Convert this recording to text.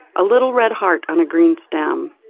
a little red heart on a green stem.